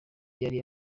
yari